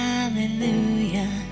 Hallelujah